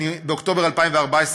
באוקטובר 2014,